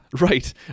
Right